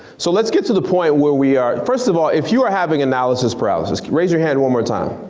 so let's get to the point where we're, first of all, if you're having analysis paralysis, raise your hand one more time.